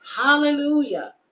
Hallelujah